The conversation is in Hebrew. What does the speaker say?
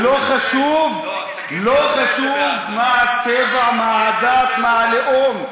ולא חשוב מה הצבע, מה הדת, מה הלאום.